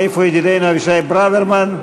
איפה ידידנו אבישי ברוורמן?